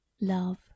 Love